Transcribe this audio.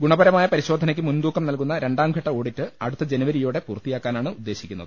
ഗുണപ രമായ പരിശോധനയ്ക്ക് മുൻതൂക്കം നൽകുന്ന രണ്ടാം ഘട്ട ഓഡിറ്റ് അടുത്ത ജനുവരിയോടെ പൂർത്തിയാക്കാ നാണ് ഉദ്ദേശിക്കുന്നത്